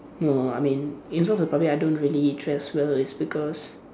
no I mean in front of the public I don't really dress well is because